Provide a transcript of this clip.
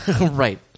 right